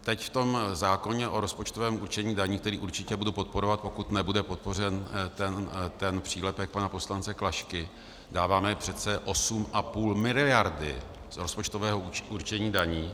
Teď v tom zákoně o rozpočtovém určení daní, který určitě budu podporovat, pokud nebude podpořen ten přílepek pana poslance Klašky, dáváme přece 8,5 miliardy z rozpočtového určení daní.